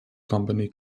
company